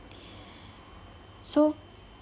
so